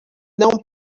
não